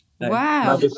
Wow